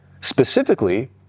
specifically